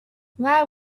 why